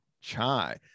chai